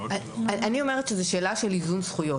אני אומרת שזו שאלה של איזון זכויות.